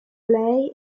lei